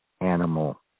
animal